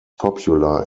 popular